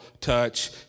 touch